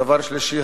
דבר שלישי,